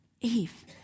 Eve